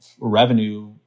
revenue